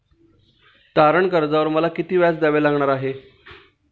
तारण कर्जावर मला किती व्याज द्यावे लागणार आहे?